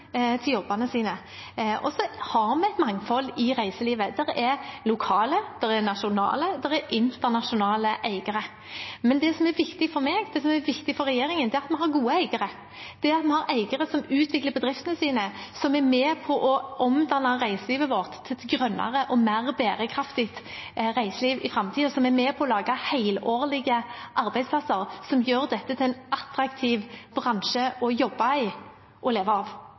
til jobbene sine. Og vi har et mangfold i reiselivet. Det er lokale, det er nasjonale og det er internasjonale eiere. Det som er viktig for meg, og det som er viktig for regjeringen, er at vi har gode eiere – at vi har eiere som utvikler bedriftene sine, som er med på å omdanne reiselivet vårt til et grønnere og mer bærekraftig reiseliv i framtiden, som er med på å lage helårige arbeidsplasser, som gjør det til en attraktiv bransje å jobbe i og leve av